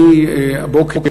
הבוקר,